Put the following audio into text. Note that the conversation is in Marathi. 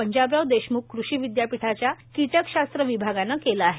पंजाबराव देशम्ख कृषी विद्यापीठाच्या कीटकशास्त्र विभागानं केलं आहे